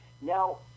Now